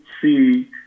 see